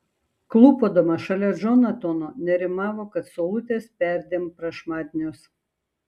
klūpodama šalia džonatano nerimavo kad saulutės perdėm prašmatnios